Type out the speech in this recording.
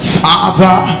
father